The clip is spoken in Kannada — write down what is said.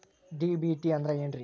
ಡಿ.ಬಿ.ಟಿ ಅಂದ್ರ ಏನ್ರಿ?